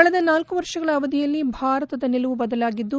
ಕಳೆದ ನಾಲ್ಲು ವರ್ಷಗಳ ಅವಧಿಯಲ್ಲಿ ಭಾರತದ ನಿಲುವು ಬದಲಾಗಿದ್ದು